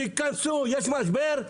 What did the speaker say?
תתכנסו, יש משבר?